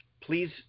Please